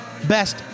Best